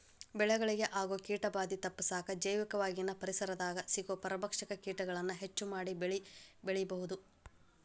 ಬೆಳೆಗಳಿಗೆ ಆಗೋ ಕೇಟಭಾದೆ ತಪ್ಪಸಾಕ ಜೈವಿಕವಾಗಿನ ಪರಿಸರದಾಗ ಸಿಗೋ ಪರಭಕ್ಷಕ ಕೇಟಗಳನ್ನ ಹೆಚ್ಚ ಮಾಡಿ ಒಳ್ಳೆ ಬೆಳೆಬೆಳಿಬೊದು